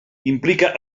implica